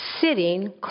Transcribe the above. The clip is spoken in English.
sitting